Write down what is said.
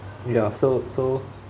ya so so